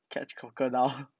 catch crocodile